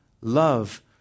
love